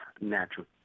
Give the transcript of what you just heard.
natural